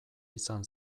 izan